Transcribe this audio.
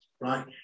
right